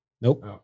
Nope